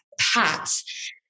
hats